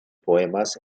poemas